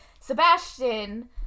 Sebastian